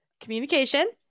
Communication